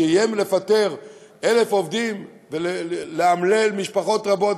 שאיים לפטר 1,000 עובדים ולאמלל משפחות רבות,